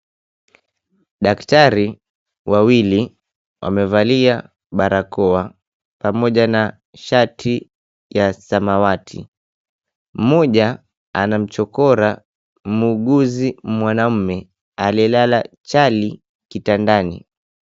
Daktari wawili wamevalia barakoa pamoja na shati ya samawati. Mmoja anamchokora muuguzi mwanamme aliyelala chali kitandani.